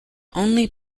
only